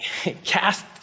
cast